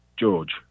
George